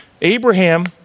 Abraham